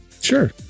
Sure